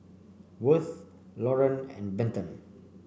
Worth Loran and Benton